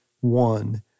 one